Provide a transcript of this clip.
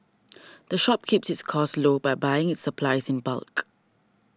the shop keeps its costs low by buying its supplies in bulk